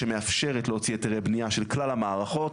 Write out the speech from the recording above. שמאפשרת להוציא היתרי בנייה של כלל המערכות,